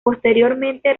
posteriormente